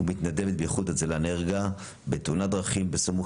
ומתנדבת באיחוד הצלה נהרגה בתאונת דרכים בסמוך